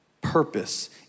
purpose